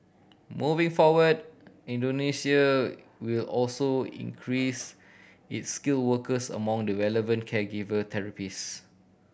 moving forward Indonesia will also increase its skilled workers among the related to caregiver therapist